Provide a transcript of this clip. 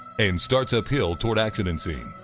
and starts up hill toward accident scene.